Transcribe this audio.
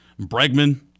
Bregman